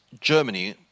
Germany